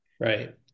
Right